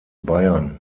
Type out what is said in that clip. bayern